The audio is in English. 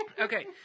okay